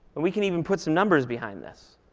we can even put some numbers behind this.